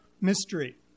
mystery